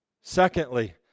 Secondly